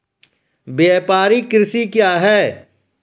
व्यापारिक कृषि क्या हैं?